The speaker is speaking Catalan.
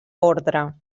ordre